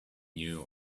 new